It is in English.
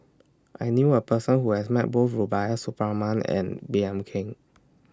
I knew A Person Who has Met Both Rubiah Suparman and Baey Yam Keng